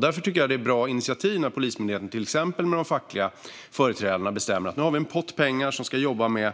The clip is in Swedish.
Därför är det ett bra initiativ när Polismyndigheten till exempel med de fackliga företrädarna bestämmer att man med en pott pengar ska jobba med